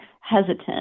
hesitant